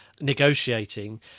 negotiating